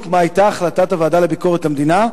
מה היתה החלטת הוועדה לביקורת המדינה,